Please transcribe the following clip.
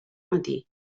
matí